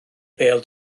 bêl